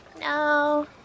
No